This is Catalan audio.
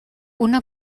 una